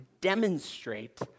demonstrate